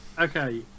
Okay